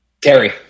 Terry